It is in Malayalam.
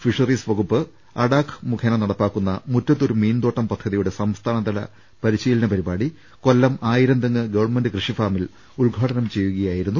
ഫിഷറീസ് വകുപ്പ് അഡാക്ക് മുഖേന നടപ്പാക്കുന്ന മുറ്റത്തൊരു മീൻതോട്ടം പദ്ധതിയുടെ സംസ്ഥാനതല പരിശീലന പരിപാടി കൊല്ലം ആയിരം തെങ്ങ് ഗവൺമെന്റ് കൃഷി ഫാമിൽ ഉദ്ഘാടനം ചെയ്യുകയായിരുന്നു മന്ത്രി